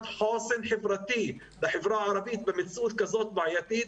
חוסן חברתי בחברה הערבית במציאות כזו בעייתית,